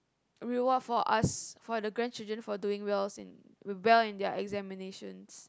reward for us for the grandchildren for doing wells well in their examinations